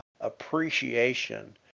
appreciation